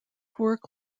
work